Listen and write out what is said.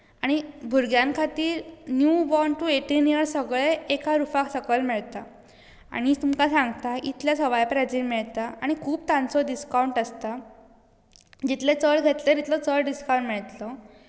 आनी भुरग्यां खातीर new born to eighteen year सगळे एका रुफा सकयल मेळटा आनी तुमकां सांगता इतल्या सवाय प्रायझीर मेळटा आनी खूप तांचो डिस्कांवंट आसता जितले चड घेतले तितले चड डिस्कांवंट मेळटलो